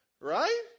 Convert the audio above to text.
Right